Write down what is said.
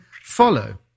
follow